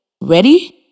Ready